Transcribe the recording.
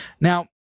Now